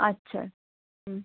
আচ্ছা হুম